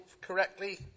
correctly